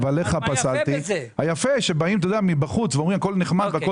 יפה שבאים מבחוץ ואומרים שהכול נחמד והיום